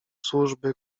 służby